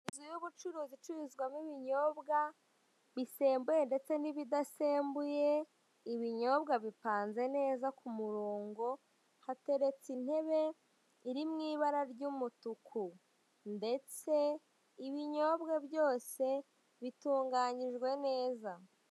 Inzu yubucuruzi icururizwamo ibinyobwa , bisembuye ndetse n'ibidasembuye ibinyobwa bipanze neza kumurongo ,hateretse intebe iri mwibara ry'umutuku, ndetse ibinyobwa byose bitunganyijwe neza.